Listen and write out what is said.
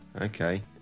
Okay